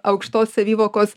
aukštos savivokos